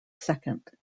second